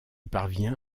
parvient